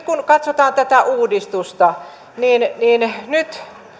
kun katsotaan tätä uudistusta kun nyt